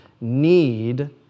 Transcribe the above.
need